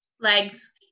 Legs